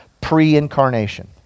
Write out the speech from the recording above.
pre-incarnation